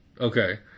Okay